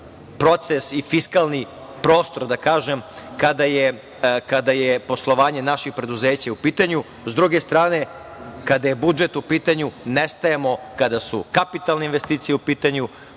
proces i fiskalni prostor, da kažem, kada je poslovanje naših preduzeća u pitanju.S druge strane, kada je budžet u pitanju, ne stajemo. Kada su kapitalne investicije u pitanju,